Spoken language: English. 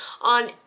on